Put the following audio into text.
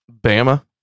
Bama